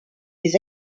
des